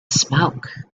smoke